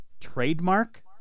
Trademark